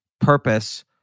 purpose